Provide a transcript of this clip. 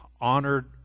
honored